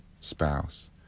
spouse